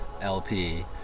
LP